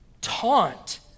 Taunt